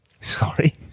Sorry